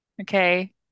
Okay